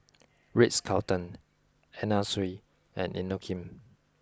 Ritz Carlton Anna Sui and Inokim